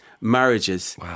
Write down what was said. marriages